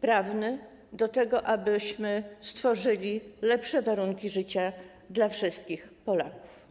prawny do tego, abyśmy stworzyli lepsze warunki życia dla wszystkich Polaków.